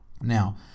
now